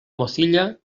mozilla